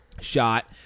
shot